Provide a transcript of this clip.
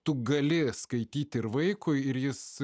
tu gali skaityti ir vaikui ir jis